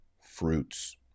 fruits